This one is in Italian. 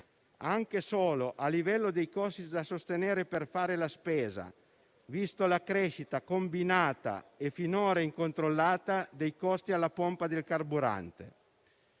anche solo a livello dei costi da sostenere per fare la spesa, considerata la crescita combinata e finora incontrollata dei costi alla pompa del carburante.